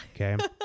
Okay